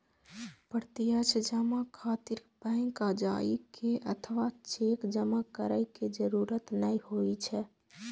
प्रत्यक्ष जमा खातिर बैंक जाइ के अथवा चेक जमा करै के जरूरत नै होइ छै